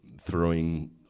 throwing